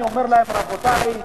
אני אומר להם: רבותי,